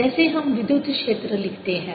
जैसे हम विद्युत क्षेत्र लिखते हैं